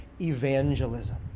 evangelism